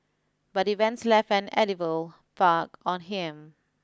but events left an indelible mark on him